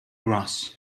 grass